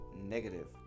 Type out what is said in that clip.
negative